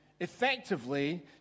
effectively